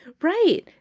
Right